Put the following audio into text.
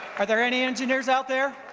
are there any engineers out there?